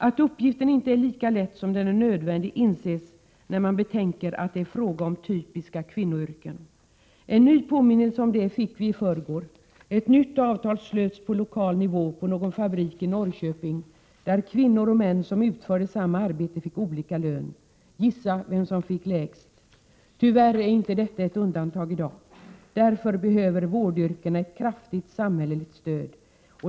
Att uppgiften inte är lika lätt som nödvändig inser man när man betänker att det är fråga om typiska kvinnoyrken. En ny påminnelse om det fick vi i förrgår. Ett nytt avtal slöts på lokal nivå på någon fabrik i Norrköping, där kvinnor och män som utförde samma arbete fick olika lön. Gissa vem som fick lägst! Tyvärr är inte detta ett undantag i dag. Därför behöver vårdyrkena ett kraftigt samhälleligt stöd.